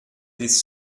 these